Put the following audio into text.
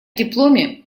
дипломе